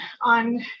on